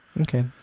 Okay